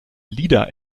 lieder